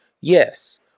Yes